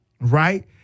right